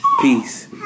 peace